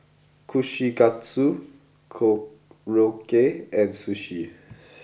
Kushikatsu Korokke and Sushi